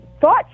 thought